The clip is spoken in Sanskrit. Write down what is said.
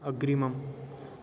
अग्रिमम्